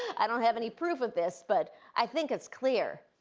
i don't have any proof of this, but i think it's clear.